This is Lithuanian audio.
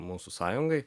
mūsų sąjungai